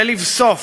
ולבסוף,